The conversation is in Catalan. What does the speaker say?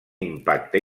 impacte